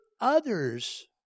others